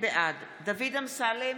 בעד דוד אמסלם,